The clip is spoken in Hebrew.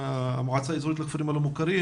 המועצה האזורית לכפרים הלא מוכרים